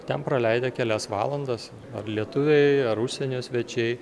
ten praleidę kelias valandas ar lietuviai ar užsienio svečiai